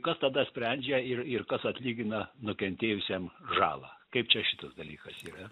kas tada sprendžia ir ir kas atlygina nukentėjusiem žalą kaip čia šitas dalykas yra